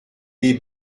des